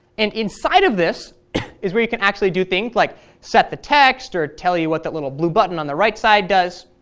and inside of this is where you can actually do things like set the text or tell you what that little blue button on the right side does.